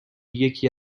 یکی